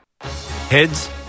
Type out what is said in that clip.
Heads